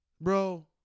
bro